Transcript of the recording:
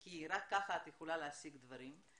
כי רק כך את יכולה להשיג דברים.